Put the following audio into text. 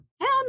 Hell